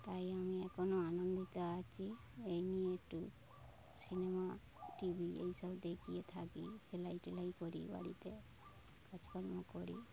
তাই আমি এখনো আনন্দিত আছি এই নিয়ে একটু সিনেমা টি ভি এই সব দেখি থাকি সেলাই টেলাই করি বাড়িতে কাজকর্ম করি